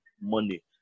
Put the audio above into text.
money